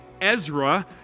Ezra